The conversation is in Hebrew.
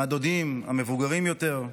מהדודים המבוגרים יותר.